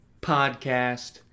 podcast